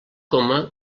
coma